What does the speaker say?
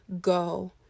go